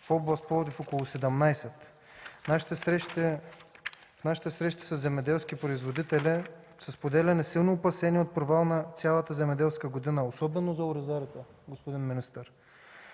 В област Пловдив – около 17. При нашите срещи със земеделски производители са споделяни силни опасения от провал на цялата земеделска година, особено за оризарите, господин министър.